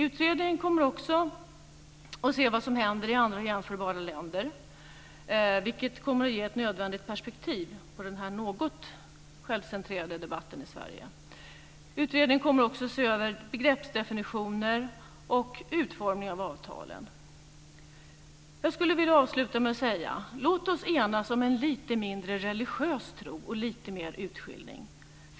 Utredningen kommer också att se på vad som händer i andra jämförbara länder, vilket kommer att ge ett nödvändigt perspektiv på denna något självcentrerade debatt i Sverige. Utredningen kommer också att se över begreppsdefinitioner och utformning av avtalen. Jag skulle vilja avsluta med att säga: Låt oss enas om en lite mindre religiös tro och lite mer utskiljning.